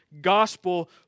gospel